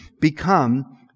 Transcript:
become